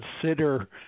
consider